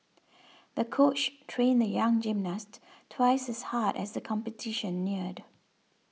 the coach trained the young gymnast twice as hard as the competition neared